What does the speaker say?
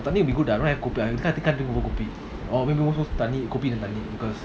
because